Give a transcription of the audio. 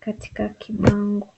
katika kibango.